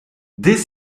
dès